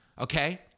okay